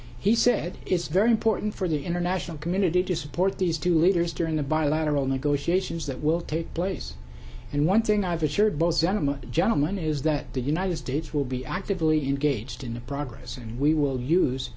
he said it's very important for the international community to support these two leaders during the bilateral negotiations that will take place and one thing i've assured both gentlemen gentlemen is that the united states will be actively engaged in the progress and we will use